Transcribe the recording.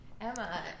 Emma